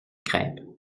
crêpes